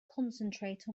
concentrate